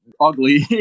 ugly